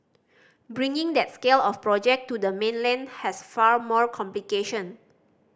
bringing that scale of project to the mainland has far more complication